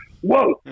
whoa